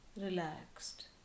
relaxed